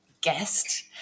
guest